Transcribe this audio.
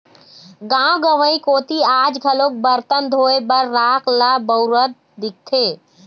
गाँव गंवई कोती आज घलोक बरतन धोए बर राख ल बउरत दिखथे